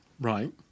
Right